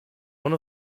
one